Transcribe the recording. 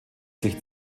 sich